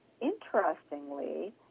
Interestingly